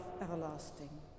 everlasting